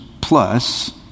plus